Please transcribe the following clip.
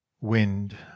wind